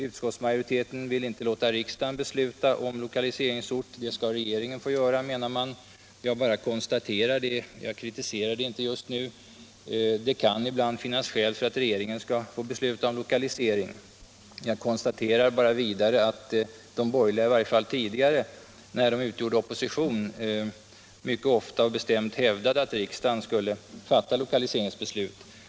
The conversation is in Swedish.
Utskottsmajoriteten vill inte låta riksdagen besluta om lokaliseringsort — det skall regeringen få göra, menar man. Jag bara konstaterar det, jag kritiserar det inte just nu. Det kan ibland finnas skäl för att regeringen skall få besluta om lokaliseringen. Jag konstaterar vidare att de borgerliga, i varje fall tidigare när de utgjorde opposition, mycket ofta och bestämt hävdade att riksdagen skulle fatta lokaliseringsbeslut.